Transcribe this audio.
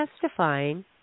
testifying